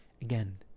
Again